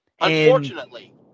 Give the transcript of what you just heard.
Unfortunately